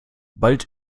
bald